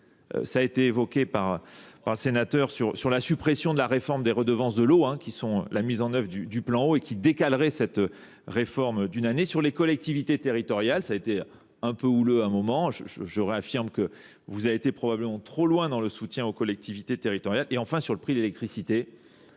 Ça a été évoqué par le sénateur sur la suppression de la réforme des redevances de l'eau, qui sont la mise en œuvre du plan haut et qui décalerait cette réforme d'une année. Sur les collectivités territoriales, ça a été un peu houleux à un moment. Je réaffirme que vous avez été probablement trop loin dans le soutien aux collectivités territoriales. Et enfin sur le prix d'électricité,